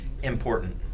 important